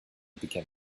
became